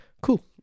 Cool